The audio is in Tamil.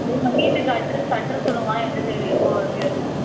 உங்கள் வீட்டுக்கு அட்ரஸ் அட்ரஸ் சொல்லுங்கம்மா எந்த சைடு எப்போது எப்டி வரணுன்னு